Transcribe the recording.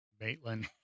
Maitland